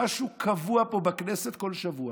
משהו קבוע פה בכנסת כל שבוע: